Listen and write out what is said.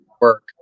work